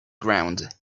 ground